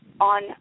on